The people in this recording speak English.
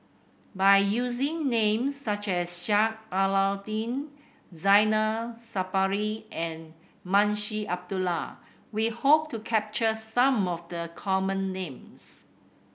by using names such as Sheik Alau'ddin Zainal Sapari and Munshi Abdullah we hope to capture some of the common names